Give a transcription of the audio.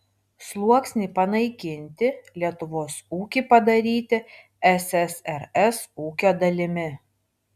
sluoksnį panaikinti lietuvos ūkį padaryti ssrs ūkio dalimi